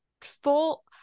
full